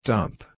Dump